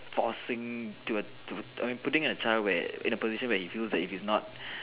forcing I mean putting a child where in a position where if it's not